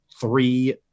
three